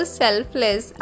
selfless